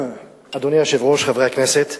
אדוני היושב-ראש, חברי הכנסת,